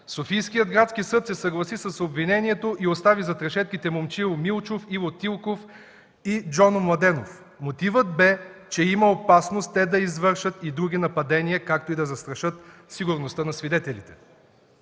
Софийският градски съд се съгласи с обвинението и остави зад решетките Момчил Милчов, Иво Тилков и Джоно Младенов. Мотивът бе, че има опасност те да извършат и други нападения, както и да застрашат сигурността на свидетелите.